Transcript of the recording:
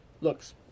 looks